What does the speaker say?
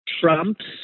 Trump's